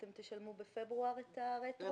אתם תשלמו בפברואר את הרטרו?